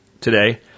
today